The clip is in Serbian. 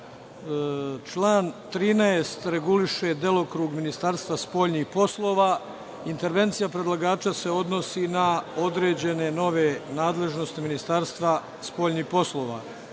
Član 13. reguliše delokrug Ministarstva spoljnih poslova. Intervencija predlagača se odnosi na određene nove nadležnosti Ministarstva spoljnih poslova.